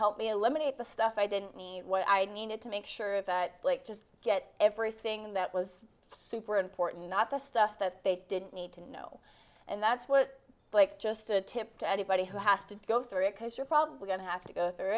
helped me eliminate the stuff i didn't mean what i needed to make sure that just get everything that was super important not just stuff that they didn't need to know and that's what i like just a tip to anybody who has to go through it because you're probably going to have to go through